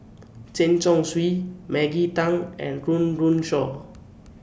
Chen Chong Swee Maggie Teng and Run Run Shaw